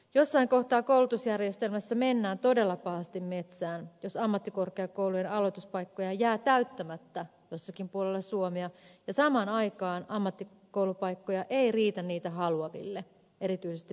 jossain kohtaa koulutusjärjestelmässä mennään todella pahasti metsään jos ammattikorkeakoulujen aloituspaikkoja jää täyttämättä jossakin puolella suomea ja samaan aikaan ammattikoulupaikkoja ei riitä niitä haluaville erityisesti pääkaupunkiseudulla